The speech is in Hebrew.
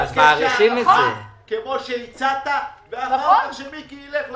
תבקש הארכה כמו שהצעת ואחר כך מיקי ילך לחוק.